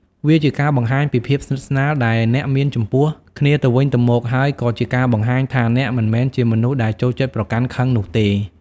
វាជាការបង្ហាញពីភាពស្និទ្ធស្នាលដែលអ្នកមានចំពោះគ្នាទៅវិញទៅមក ហើយក៏ជាការបង្ហាញថាអ្នកមិនមែនជាមនុស្សដែលចូលចិត្តប្រកាន់ខឹងនោះទេ។